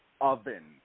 oven